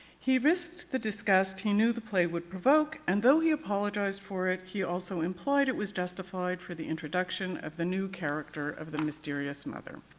he risked the disgust he knew the play would provoke and though he apologized for it, he also implied it was justified for the introduction of the new character of the mysterious mother.